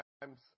times